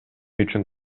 үчүн